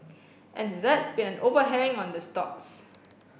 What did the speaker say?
and that's been an overhang on the stocks